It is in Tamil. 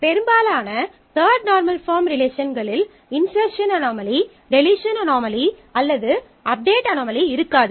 பெரும்பாலான தர்ட் நார்மல் பாஃர்ம் ரிலேஷன்களில் இன்ஸெர்ஸன் அனோமலி டெலீஷன் அனோமலி அல்லது அப்டேட் அனாமலி இருக்காது